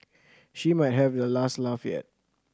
she might have the last laugh yet